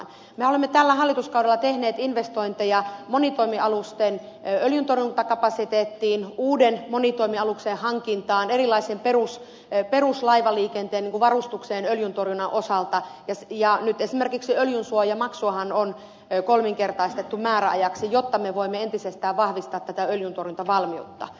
mehän olemme tällä hallituskaudella tehneet investointeja monitoimialusten öljyntorjuntakapasiteettiin uuden monitoimialuksen hankintaan erilaiseen peruslaivaliikenteen varustukseen öljyntorjunnan osalta ja nyt esimerkiksi öljynsuojamaksuhan on kolminkertaistettu määräajaksi jotta me voimme entisestään vahvistaa tätä öljyntorjuntavalmiutta